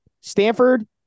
Stanford